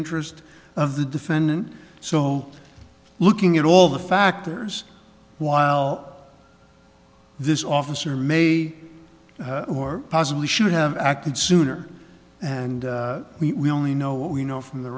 interest of the defendant so looking at all the factors while this officer may or possibly should have acted sooner and we only know what we know from the